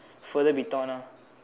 further be torn ah